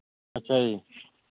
ਅੱਛਾ ਜੀ